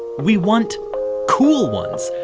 we want cool ones.